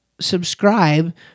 subscribe